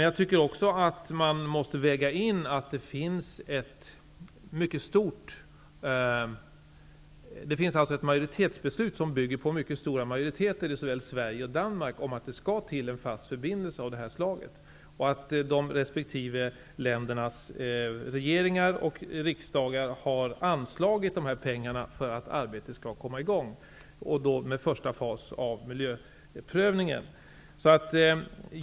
Jag tycker även att man måste väga in att det finns ett beslut som bygger på mycket stora majoriteter i såväl Sverige som Danmark om att det skall till en fast förbindelse av detta slag samt att resp. länders regeringar och riksdagar har anslagit dessa pengar för att arbetet skall komma i gång med en första fas i miljöprövningen.